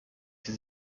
sie